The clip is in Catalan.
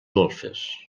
golfes